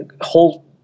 whole